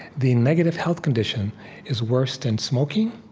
the negative health condition is worse than smoking,